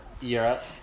Europe